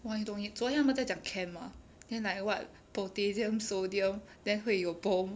!wah! 那懂昨天他们在讲 chem mah then like what potassium sodium then 会有 bomb